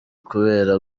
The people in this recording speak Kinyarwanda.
kubera